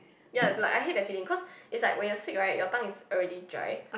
ya like I hate the feeling cause is like when you sick right your tongue is already dry